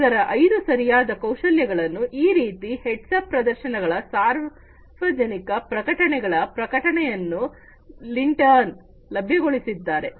ಇದರ ಐದು ಸರಿಯಾದ ಕೌಶಲ್ಯಗಳನ್ನು ಈ ರೀತಿಯ ಹೆಡ್ಸ್ ಅಪ್ ಪ್ರದರ್ಶನಗಳ ಸಾರ್ವಜನಿಕ ಪ್ರಕಟಣೆಗಳ ಪ್ರಕಟಣೆಯನ್ನು ಲಿಂಟರ್ನ್ ಲಭ್ಯಗೊಳಿಸಿದ್ದಾರೆ